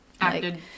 Acted